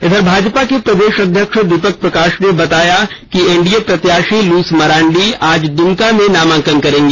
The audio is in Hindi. इधर भाजपा के प्रदेश अध्यक्ष दीपक प्रकाश ने बताया कि एनडीए प्रत्याशी लुइस मरांडी आज दूमका में नामांकन करेंगी